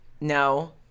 No